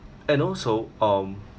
and also um